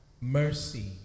mercy